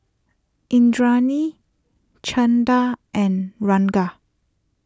Indranee Chanda and Ranga